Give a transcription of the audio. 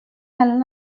الان